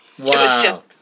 Wow